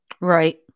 right